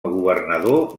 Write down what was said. governador